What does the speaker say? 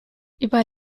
über